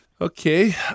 Okay